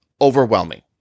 overwhelming